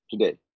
today